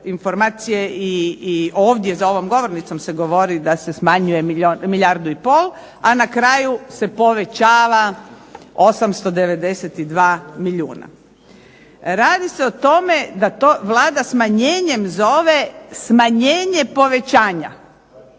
informacije i ovdje za ovom govornicom se govori da se smanjuje milijardu i pol, a na kraju se povećava 892 milijuna. Radi se o tome da to Vlada smanjenjem zove smanjenje povećanja.